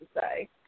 say